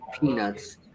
peanuts